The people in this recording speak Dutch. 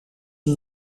een